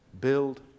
build